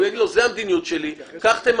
הוא יגיד לו: זו המדיניות שלי, תשב